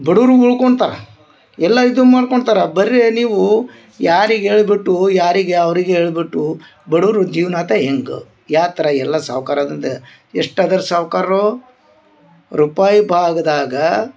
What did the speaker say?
ದುಡ್ಮಿ ಬೇಕು ಅಂತಾರ ಎಲ್ಲ ಇದು ಮಾಡ್ಕೊಂತಾರ ಬರ್ರಿ ನೀವು ಯಾರಿಗ ಹೇಳ್ಬಿಟ್ಟು ಯಾರಿಗ ಅವರಿಗೆ ಹೇಳ್ಬುಟ್ಟು ಬಡುವ್ರ ಜೀವ್ನಾಕ ಹೆಂಗ್ ಯಾ ಥರ ಎಲ್ಲ ಸಾವ್ಕಾರ ಅಂದ ಎಷ್ಟು ಅದಾರ ಸಾವ್ಕಾರು ರೂಪಾಯಿ ಭಾಗ್ದಾಗ